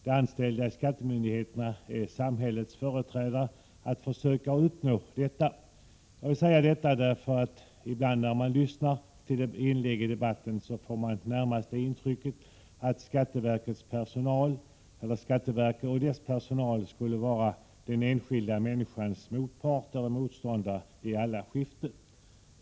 De anställda inom skattemyndigheterna är samhällets företrädare som skall försöka uppnå ett sådant här förhållande. Jag vill säga detta därför att ibland när man lyssnar till inlägg i debatten får man närmast intrycket att skatteverket och dess personal skulle vara den enskilda människans motståndare i alla skiften.